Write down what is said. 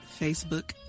Facebook